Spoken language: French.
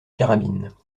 carabines